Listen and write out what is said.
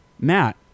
Matt